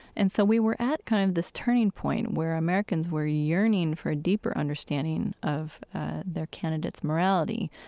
and so we were at kind of this turning point where americans were yearning for a deeper understanding of their candidates' morality.